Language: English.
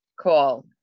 call